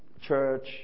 church